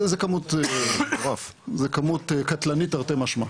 זה כמות קטלנית, תרתי משמע.